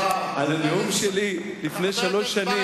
הנאום שלי לפני שלוש שנים,